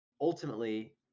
ultimately